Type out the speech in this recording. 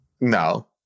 No